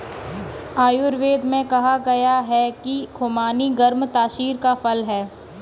आयुर्वेद में कहा गया है कि खुबानी गर्म तासीर का फल है